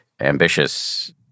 ambitious